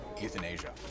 euthanasia